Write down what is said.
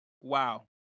Wow